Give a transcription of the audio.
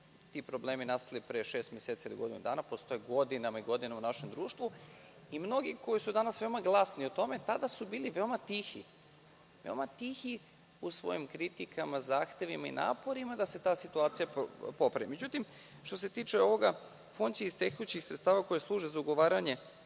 ti problemi nisu nastali pre šest meseci ili godinu dana, postoje godinama i godinama u našem društvu. Mnogi koji su danas veoma glasni o tome, tada su bili veoma tihi u svojim kritikama, zahtevima i naporima da se ta situacija popravi. Što se tiče ovoga, Fond će iz tekućih sredstava koja služe za ugovaranje